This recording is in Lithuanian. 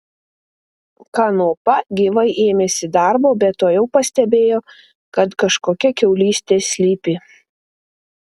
kanopa gyvai ėmėsi darbo bet tuojau pastebėjo kad kažkokia kiaulystė slypi